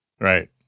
Right